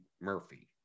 Murphy